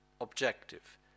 objective